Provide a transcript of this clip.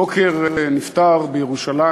הבוקר נפטר בירושלים